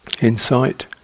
insight